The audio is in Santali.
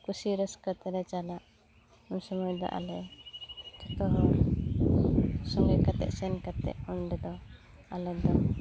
ᱠᱩᱥᱤ ᱨᱟᱹᱥᱠᱟᱹ ᱛᱮᱞᱮ ᱪᱟᱞᱟ ᱩᱱ ᱥᱚᱢᱚᱭ ᱫᱚ ᱟᱞᱮ ᱡᱚᱛᱚ ᱦᱚᱲ ᱥᱚᱸᱜᱮ ᱠᱟᱛᱮᱫ ᱥᱮᱱ ᱠᱟᱛᱮᱫ ᱚᱸ ᱰᱮ ᱫᱚ ᱟᱞᱮᱫᱚ